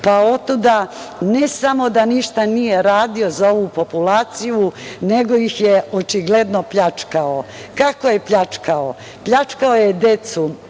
pa otuda ne samo da ništa nije radio za ovu populaciju, nego ih je očigledno pljačkao. Kako je pljačkao? Pljačkao je decu